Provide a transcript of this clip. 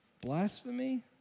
blasphemy